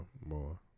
more